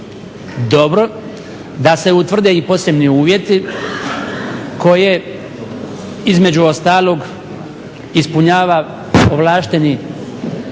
dobro da se utvrde i posebni uvjeti koje između ostalog ispunjava ovlašteni